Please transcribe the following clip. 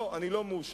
לא, אני לא מאושר.